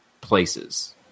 places